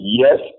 yes